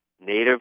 Native